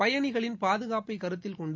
பயனிகளின் பாதுகாப்பைக் கருத்தில் கொண்டு